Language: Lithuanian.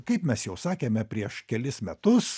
kaip mes jau sakėme prieš kelis metus